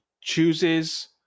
chooses